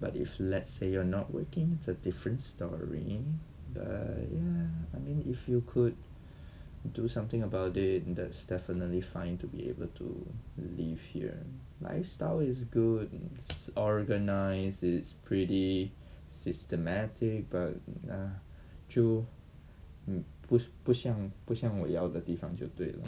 but if let's say you're not working it's a different story but ya I mean if you could do something about it then that's definitely fine to be able to live here lifestyle is good it's organized it's pretty systematic ah 就嗯不不像不像我要的地方就对了